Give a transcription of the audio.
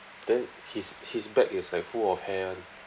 then his his back is like full of hair [one]